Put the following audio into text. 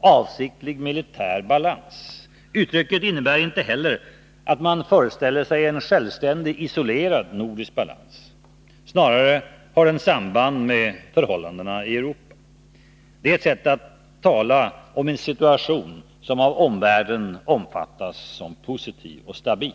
avsiktlig militär balans. Uttrycket innebär inte heller att man föreställer sig en självständig, isolerad nordisk balans. Snarare har den samband med förhållandena i Europa. Det är ett sätt att tala om en situation, som av omvärlden uppfattas som positiv och stabil.